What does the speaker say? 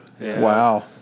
Wow